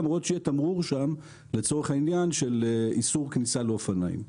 למרות שיהיה תמרור שם לצורך העניין של איסור כניסה לאופניים.